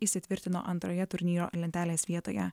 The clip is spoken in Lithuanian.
įsitvirtino antroje turnyro lentelės vietoje